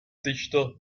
dichter